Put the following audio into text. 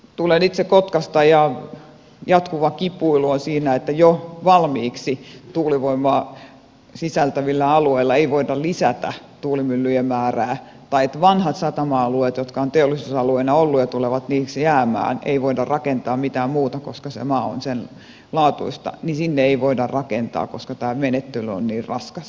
tulen itse kotkasta ja jatkuva kipuilu on siinä että jo valmiiksi tuulivoimaa sisältävillä alueilla ei voida lisätä tuulimyllyjen määrää tai että vanhoille satama alueille jotka ovat teollisuusalueina olleet ja tulevat niiksi jäämään ei voida rakentaa mitään muuta koska se maa on sen laatuista sinne ei voida rakentaa koska tämä menettely on niin raskas